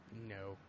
No